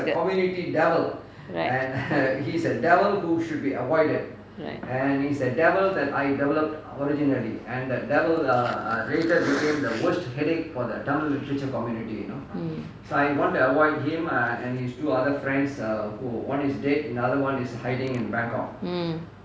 right right mm